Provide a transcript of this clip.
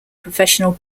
professional